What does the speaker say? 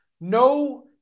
no